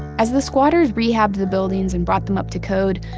as the squatters rehabbed the buildings and brought them up to code,